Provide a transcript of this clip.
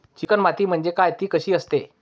Chicken माती म्हणजे काय? ति कशी असते?